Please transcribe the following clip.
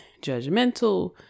judgmental